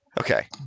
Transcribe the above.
okay